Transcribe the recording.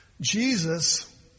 Jesus